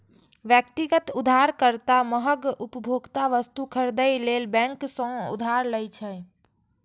व्यक्तिगत उधारकर्ता महग उपभोक्ता वस्तु खरीदै लेल बैंक सं उधार लै छै